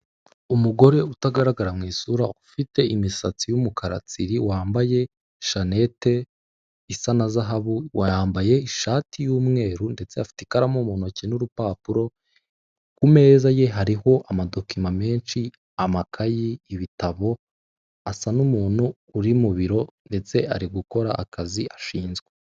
Umugore utagaragara mu isura ufite imisatsi y'umukara tsiriri wambaye shanetsi isa na zahabu yambaye ishati y'umweru afite ikaramo mu ntoki n'urupapuro, ku meza ye hariho amadocument menshi, amakaye, ibitabo asa n'umuntu uri mu biro ndetse ari gukora akazi ashinzwe.